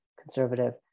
conservative